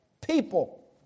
people